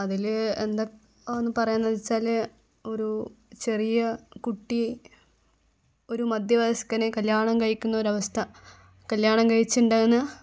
അതില് എന്താ ഒന്ന് പറയാമെന്ന് വച്ചാല് ഒരു ചെറിയ കുട്ടി ഒരു മധ്യവയസ്ക്കനെ കല്ല്യാണം കഴിക്കുന്ന ഒരു അവസ്ഥ കല്ല്യാണം കഴിച്ച് ഉണ്ടാവുന്ന